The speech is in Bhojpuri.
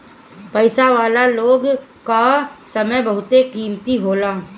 पईसा वाला लोग कअ समय बहुते कीमती होला